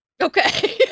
okay